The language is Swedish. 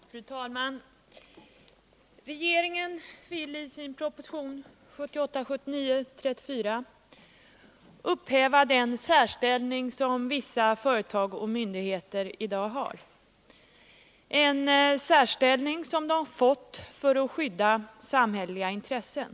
Fru talman! Regeringen vill i sin proposition 1978/79:134 upphäva den särställning vissa företag och myndigheter i dag har, en särställning som de fått för att skydda samhälleliga intressen.